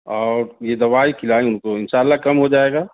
اور یہ دوائی کھلائیں اُن کو اِنشاء اللہ کم ہو جائے گا